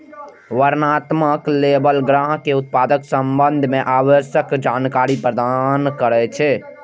वर्णनात्मक लेबल ग्राहक कें उत्पादक संबंध मे आवश्यक जानकारी प्रदान करै छै